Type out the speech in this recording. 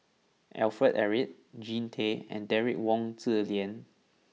Alfred Eric Jean Tay and Derek Wong Zi Lian